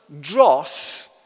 dross